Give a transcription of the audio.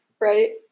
right